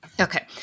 Okay